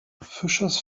fischers